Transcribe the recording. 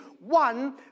One